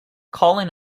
colin